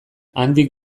handik